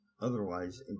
otherwise